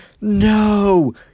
no